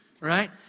right